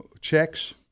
checks